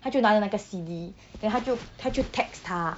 她就拿了那个 C_D then 她就她就 text 他